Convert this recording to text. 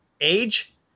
age